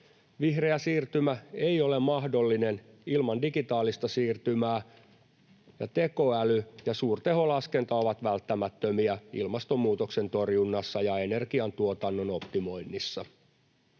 Vihreä siirtymä ei ole mahdollinen ilman digitaalista siirtymää, ja tekoäly ja suurteholaskenta ovat välttämättömiä ilmastonmuutoksen torjunnassa ja energiantuotannon optimoinnissa.